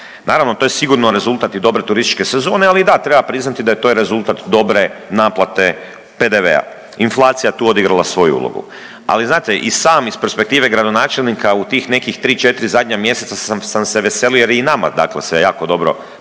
Naravno to je sigurno rezultat i dobre turističke sezone, ali da treba priznati da je to rezultat dobre naplate PDV-a, inflacija je tu odigrala svoju ulogu. Ali znate i sam iz perspektive gradonačelnika u tih nekih tri, četri zadnja mjeseca sam se veselio jer je i nama dakle se jako dobro